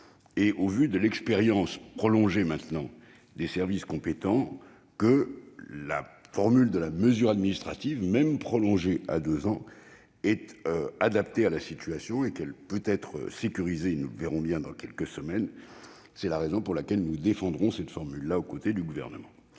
et au vu de l'expérience désormais prolongée des services compétents, que la durée de la mesure administrative, même portée à deux ans, est adaptée à la situation et qu'elle peut être sécurisée juridiquement- nous le verrons bien dans quelques semaines. C'est la raison pour laquelle nous défendrons cette formule aux côtés du Gouvernement.